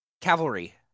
Cavalry